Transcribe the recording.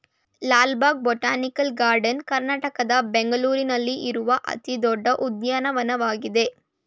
Lal Bagh botanical garden ಕರ್ನಾಟಕದ ಬೆಂಗಳೂರಿನಲ್ಲಿರುವ ಅತಿ ದೊಡ್ಡ ಉದ್ಯಾನವನವಾಗಿದೆ